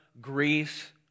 Greece